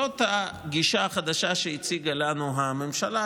זו הגישה החדשה שהציגה לנו הממשלה,